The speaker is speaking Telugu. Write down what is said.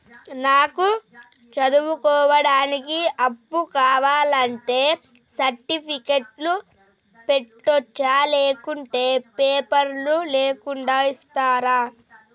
నాకు చదువుకోవడానికి అప్పు కావాలంటే సర్టిఫికెట్లు పెట్టొచ్చా లేకుంటే పేపర్లు లేకుండా ఇస్తరా?